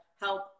help